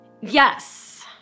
Yes